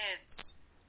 kids